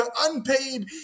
unpaid